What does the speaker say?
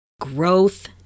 growth